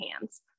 hands